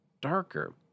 darker